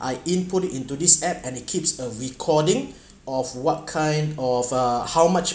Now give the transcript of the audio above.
I input into this app and it keeps a recording of what kind of uh how much